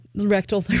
rectal